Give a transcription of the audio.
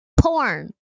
porn